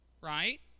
Right